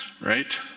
right